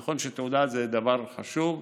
נכון שתעודה זה דבר חשוב,